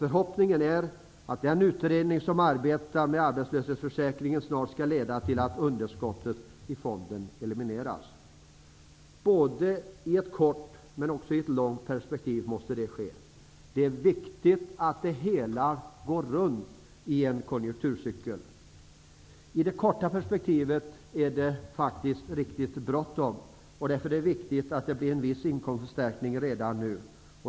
Förhoppningen är att den utredning som arbetar med arbetslöshetsförsäkringen snart skall lägga fram förslag som kan leda till att underskottet i fonden elimineras. Det måste både ske i ett kort och i ett långt perspektiv. Det är viktigt att det går runt under en konjunkturcykel. I det korta perspektivet är det faktiskt riktigt bråttom, och därför är det viktigt att det blir en viss inkomstförstärkning redan nu.